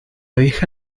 vieja